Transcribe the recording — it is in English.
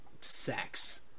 sex